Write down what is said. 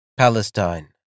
Palestine